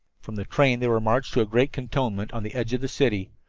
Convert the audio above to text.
from the train they were marched to a great cantonment on the edge of the city.